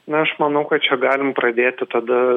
na aš manau kad čia galim pradėti tada